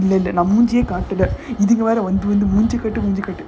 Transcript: இது வேற வந்து மூஞ்ச காட்டு மூஞ்ச காட்டுனு:idhu vera vandhu moonja kaatu moonja kaatunu